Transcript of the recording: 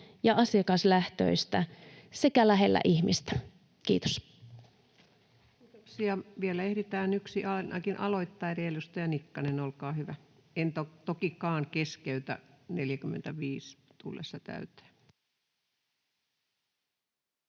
ja asiakaslähtöistä sekä lähellä ihmistä. — Kiitos. Kiitoksia. — Vielä ehditään ainakin yksi aloittaa. — Eli edustaja Nikkanen, olkaa hyvä. En tokikaan keskeytä 45:n tullessa täyteen.